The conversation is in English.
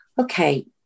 okay